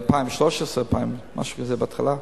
ב-2013, משהו כזה, בהתחלה.